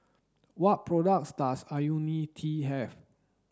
what products does Ionil T have